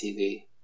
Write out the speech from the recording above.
TV